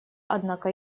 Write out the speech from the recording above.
однако